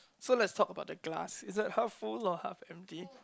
so let's talk about the glass is that half full or half empty